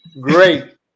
Great